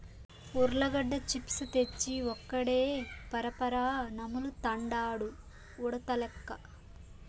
ఉర్లగడ్డ చిప్స్ తెచ్చి ఒక్కడే పరపరా నములుతండాడు ఉడతలెక్క